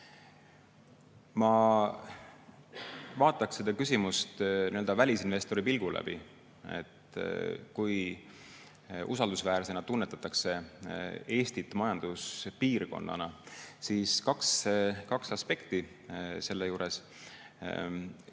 Ma vaataksin seda küsimust välisinvestori pilgu läbi, kui usaldusväärsena tunnetatakse Eestit majanduspiirkonnana. Kaks aspekti selle juures.